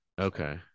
Okay